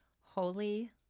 Holy